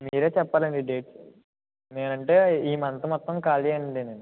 మీరే చెప్పాలండి డేట్ నేను అంటే ఈ మంత్ మొత్తం ఖాళీయేనండి నేను